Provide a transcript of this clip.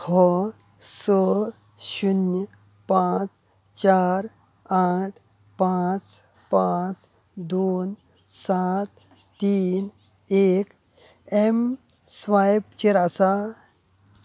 हो स शुन्य पांच चार आठ पांच पांच दोन सात तीन एक एमस्वायपचेर आसा